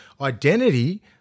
identity